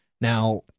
Now